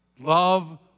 Love